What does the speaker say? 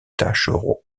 taches